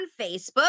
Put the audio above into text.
facebook